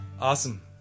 Awesome